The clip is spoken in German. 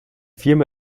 firma